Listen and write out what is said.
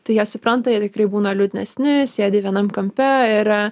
tai jie supranta jie tikrai būna liūdnesni sėdi vienam kampe ir